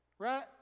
Right